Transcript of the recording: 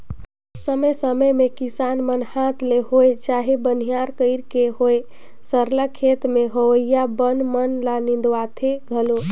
समे समे में किसान मन हांथ ले होए चहे बनिहार कइर के होए सरलग खेत में होवइया बन मन ल निंदवाथें घलो